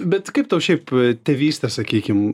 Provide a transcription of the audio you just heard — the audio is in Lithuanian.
bet kaip tau šiaip tėvystė sakykim